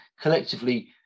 collectively